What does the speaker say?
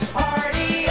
party